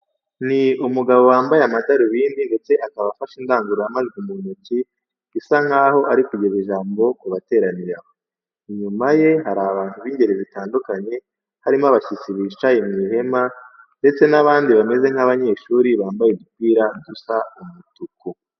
Ni umugabo wambaye amadarubindi ndetse akaba afashe indangururamajwi mu ntoki, bisa nkaho ari kugeza ijambo ku bateraniye aho. Inyuma ye hari abantu b'ingeri zitandukanye harimo abashyitsi bicaye mu ihema ndetse n'abandi bameze nk'abanyeshuri bambaye udupira dusa umutuku.